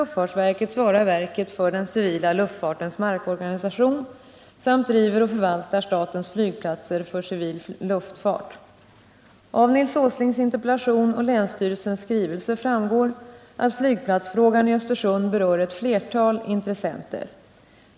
framgår att flygplatsfrågan i Östersund berör ett flertal intressenter.